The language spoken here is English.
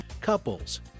couples